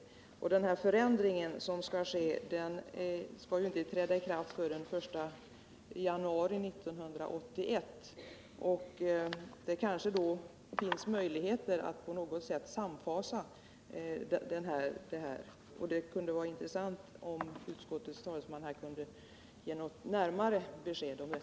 Och den förändring som skall ske, i det avseende som vi nu diskuterar, skall inte träda i kraft förrän den 1 januari 1981. Det kanske då finns möjlighet att på något sätt samordna det hela. Det skulle vara intressant om utskottets talesman kunde ge något närmare besked om det.